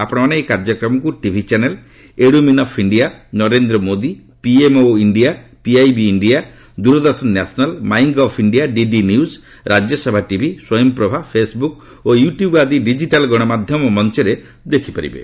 ଆପଣମାନେ ଏହି କାର୍ଯ୍ୟକ୍ରମକୁ TV channel edu min of India Narendra Modi PMO India PIB India Doordarshan National my gov India DD news Rajya Sabha TV Swayam Prabha Facebook ଓ YouTube ଆଦି digital ଗଣମାଧ୍ୟମ ମଞ୍ଚ ଦ୍ୱାରା ଦେଖିପାରିବେ